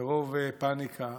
ומרוב פניקה